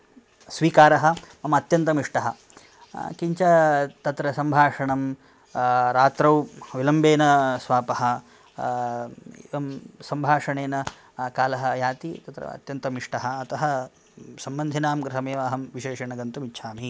स्वीकारः मम अत्यन्तम् इष्टः किञ्च तत्र सम्भाषणं रात्रौ विलम्बेन स्वापः सं सम्भाषणेन कालः याति तत्र अत्यन्तम् इष्टः अतः सम्बन्धिनां गृहम् एव अहं विशेषेण गन्तुम् इच्छामि